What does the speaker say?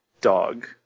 dog